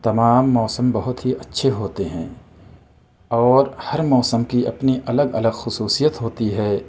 تمام موسم بہت ہی اچھے ہوتے ہیں اور ہر موسم کی اپنی الگ الگ خصوصیت ہوتی ہے